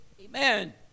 Amen